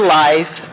life